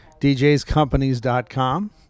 djscompanies.com